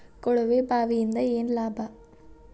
ಕೊಳವೆ ಬಾವಿಯಿಂದ ಏನ್ ಲಾಭಾ?